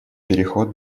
переход